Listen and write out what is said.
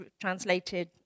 translated